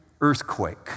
earthquake